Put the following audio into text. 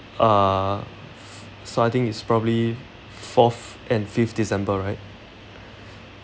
uh so I think it's probably fourth and fifth december right